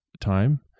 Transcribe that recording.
time